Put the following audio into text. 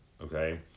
okay